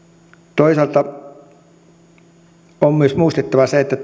toisaalta on myös muistettava se että